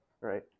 right